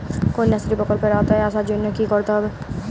কন্যাশ্রী প্রকল্পের আওতায় আসার জন্য কী করতে হবে?